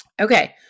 Okay